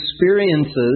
experiences